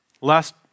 Last